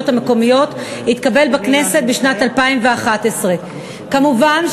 המקומיות התקבל בכנסת בשנת 2011. כמובן,